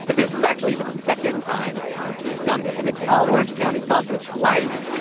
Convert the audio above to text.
and this is actually the second time he's done this. and it's all orange county's fonso twice.